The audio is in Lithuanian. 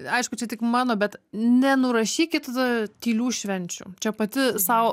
aišku čia tik mano bet nenurašykit tylių švenčių čia pati sau